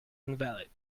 invalid